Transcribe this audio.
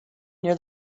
near